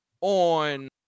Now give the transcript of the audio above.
on